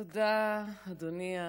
תודה, אדוני היושב-ראש.